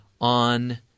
on